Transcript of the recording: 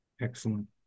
excellent